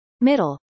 Middle